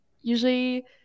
usually